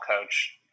coach